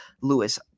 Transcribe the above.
Lewis